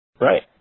Right